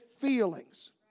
feelings